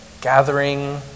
gathering